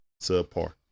subpar